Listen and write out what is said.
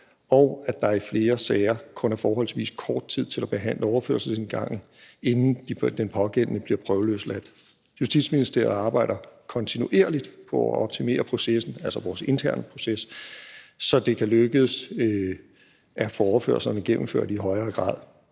og at der i flere sager kun er forholdsvis kort tid til at behandle overførselsindgangen, inden den pågældende bliver prøveløsladt. Justitsministeriet arbejder kontinuerligt på at optimere processen, altså vores interne proces, så det kan lykkes at få overførslerne gennemført i højere grad.